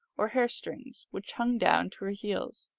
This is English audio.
or hair-strings, which hung down to her heels.